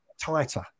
tighter